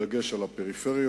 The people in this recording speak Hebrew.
בדגש על הפריפריות,